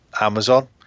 Amazon